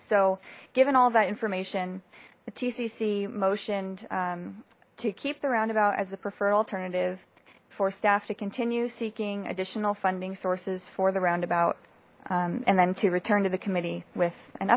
so given all that information the tcc motioned to keep the roundabout as the preferred alternative for staff to continue seeking additional funding sources for the roundabout and then to return to the committee with an